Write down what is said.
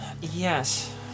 Yes